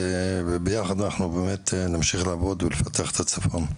וביחד אנחנו נמשיך לעבוד ולפתח את הצפון.